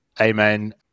amen